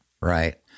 Right